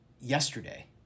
yesterday